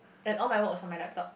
and all my work was on my laptop